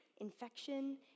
infection